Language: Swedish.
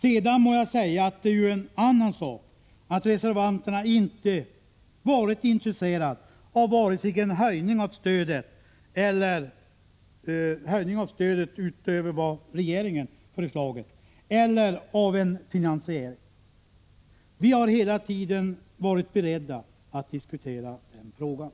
Sedan är det ju en annan sak att reservanterna inte har varit intresserade av vare sig en höjning av stödet utöver vad regeringen föreslagit eller av en finansiering. Vi har hela tiden varit beredda att diskutera den frågan.